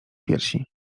piersi